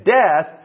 death